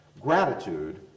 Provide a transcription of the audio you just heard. gratitude